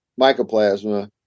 mycoplasma